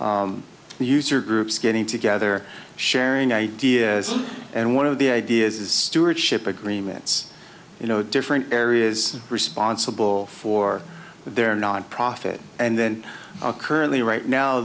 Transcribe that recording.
user groups getting together sharing ideas and one of the ideas is stewardship agreements you know different areas responsible for their nonprofit and then currently right now